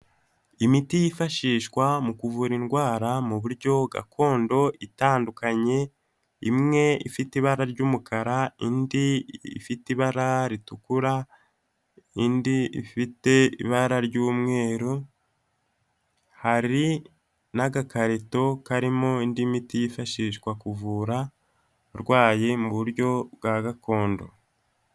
Imiti yifashishwa mu kuvura indwara mu buryo gakondo itandukanye, imwe ifite ibara ry'umukara, indi ifite ibara ritukura, indi ifite ibara ry'umweru, hari n'agakarito karimo indi miti yifashishwa kuvura abarwayi mu buryo bwa gakondo.